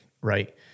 right